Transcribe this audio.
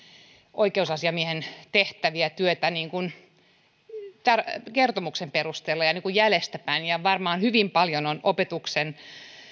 oikeusasiamiehen tehtäviä ja työtä kertomuksen perusteella niin kuin jäljestäpäin ja varmaan hyvin paljon on opetuksen